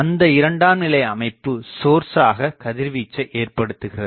அந்த இரண்டாம் நிலை அமைப்பு சோர்ஸ் ஆக கதிர்வீச்சை ஏற்படுத்துகிறது